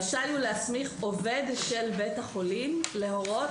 רשאי הוא להסמיך עובד של בית החולים להורות